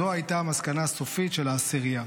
זו הייתה המסקנה הסופית של העשירייה.